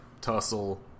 tussle